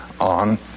on